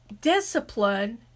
discipline